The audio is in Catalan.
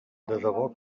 debò